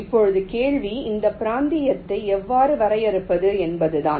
இப்போது கேள்வி இந்த பிராந்தியத்தை எவ்வாறு வரையறுப்பது என்பதுதான்